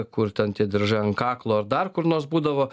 kur ten tie diržai ant kaklo ar dar kur nors būdavo